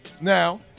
Now